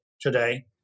today